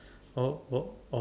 on on on